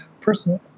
personally